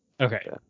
Okay